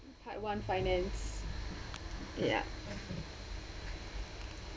part one finance ya